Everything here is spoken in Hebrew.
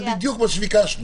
זה בדיוק מה שביקשנו.